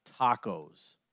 tacos